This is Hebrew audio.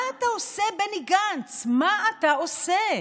מה אתה עושה, בני גנץ, מה אתה עושה?